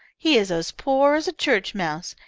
he is as poor as a church mouse,